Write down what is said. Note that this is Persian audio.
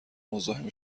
مزاحم